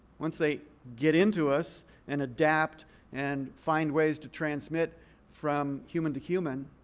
once they get into us and adapt and find ways to transmit from human to human,